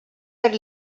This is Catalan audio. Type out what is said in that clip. per